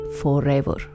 forever